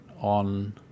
on